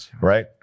Right